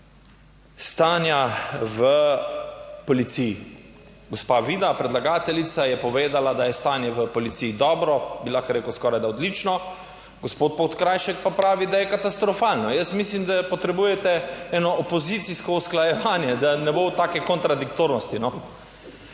stanja v policiji, gospa Vida, predlagateljica je povedala, da je stanje v policiji dobro, bi lahko rekel, skorajda odlično, gospod Podkrajšek pa pravi, da je katastrofalno. Jaz mislim, da potrebujete eno opozicijsko usklajevanje, da ne bo take kontradiktornosti.